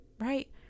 right